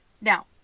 Now